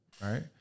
Right